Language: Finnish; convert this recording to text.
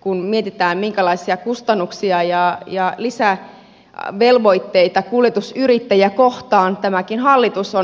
kun mietitään minkälaisia kustannuksia ja lisävelvoitteita kuljetusyrittäjiä kohtaan tämäkin hallitus on harjoittanut